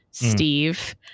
Steve